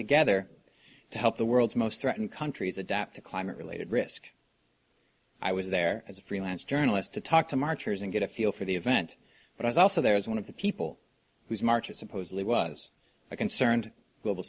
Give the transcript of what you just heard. together to help the world's most threatened countries adapt to climate related risk i was there as a freelance journalist to talk to marchers and get a feel for the event but i was also there is one of the people whose march is supposedly was i concerned global